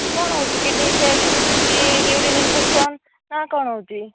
କ'ଣ ହେଉଛି kidney effect କି ୟୁରିନ୍ ଇନ୍ଫେକ୍ସନ୍ ନା କ'ଣ ହେଉଛି